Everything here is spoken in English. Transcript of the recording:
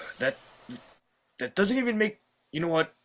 that that doesn't even make you know what?